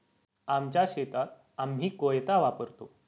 आमच्या शेतात आम्ही कोयता वापरतो